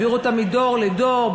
העבירו אותה מדור לדור,